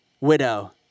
widow